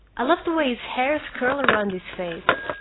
i love the way his hair curls around his face.